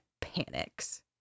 panics